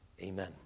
Amen